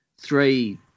three